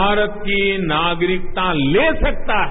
भारत की नागरिकता ले सकता है